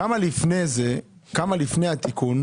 כמה היו לפני התיקון?